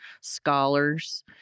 scholars